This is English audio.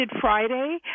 Friday